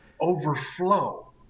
overflow